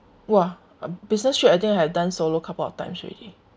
!wah! uh business trip I think I had done solo couple of times already